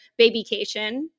babycation